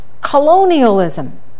colonialism